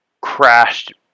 crashed